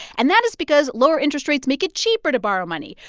and that is because lower interest rates make it cheaper to borrow money.